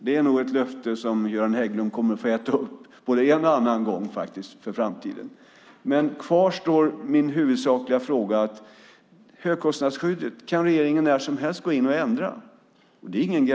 Det är nog ett löfte som Göran Hägglund kommer att få äta upp både en och annan gång i framtiden. Kvar står min huvudsakliga fråga. Högkostnadsskyddet kan regeringen när som helst ändra.